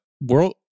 World